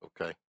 Okay